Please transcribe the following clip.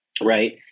right